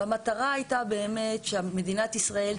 המטרה הייתה שמדינת ישראל,